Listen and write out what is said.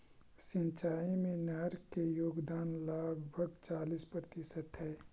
सिंचाई में नहर के योगदान लगभग चालीस प्रतिशत हई